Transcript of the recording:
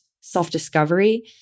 self-discovery